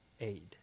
aid